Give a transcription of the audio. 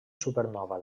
supernova